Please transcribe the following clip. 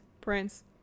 Prince